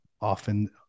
Often